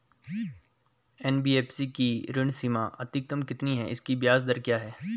NBFC की ऋण सीमा अधिकतम कितनी है इसकी ब्याज दर क्या है?